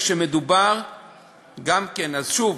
כשמדובר גם כן, שוב,